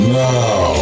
now